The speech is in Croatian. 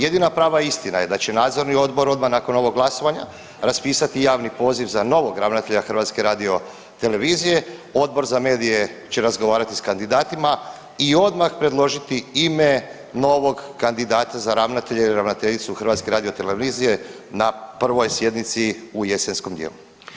Jedina prava istina je da će Nadzorni odbor odmah nakon ovog glasovanja raspisati javni poziv za novog ravnatelja HRT-a, Odbor za medije će razgovarati s kandidatima i odmah predložiti ime novog kandidata za ravnatelja ili ravnateljicu HRT-a na prvoj sjednici u jesenskom dijelu.